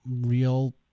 real